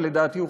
ולדעתי,